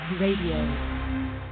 Radio